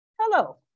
hello